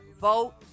vote